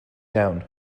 down